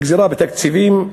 גזירות בתקציבים,